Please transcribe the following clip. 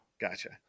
Gotcha